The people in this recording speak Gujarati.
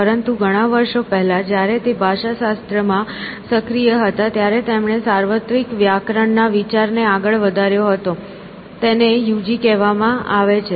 પરંતુ ઘણા વર્ષો પહેલા જ્યારે તે ભાષાશાસ્ત્ર માં સક્રિય હતા ત્યારે તેમણે સાર્વત્રિક વ્યાકરણ ના વિચારને આગળ વધાર્યો હતો તેને UG કહેવામાં આવે છે